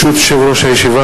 ברשות יושב-ראש הישיבה,